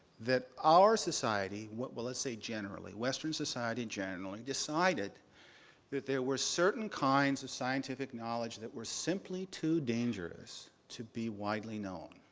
that our society well, let's say generally. western society, generally, decided that there were certain kinds of scientific knowledge that were simply too dangerous to be widely known